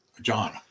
John